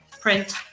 print